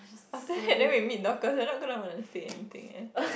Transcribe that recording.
after that then we meet Dorcas we're not gonna want to say anything eh